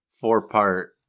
four-part